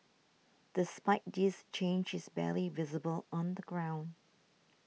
despite this change is barely visible on the ground